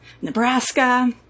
Nebraska